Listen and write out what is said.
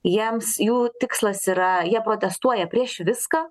jiems jų tikslas yra jie protestuoja prieš viską